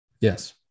Yes